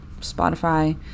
Spotify